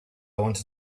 wanted